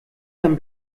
dann